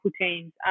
teams